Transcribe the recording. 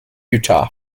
utah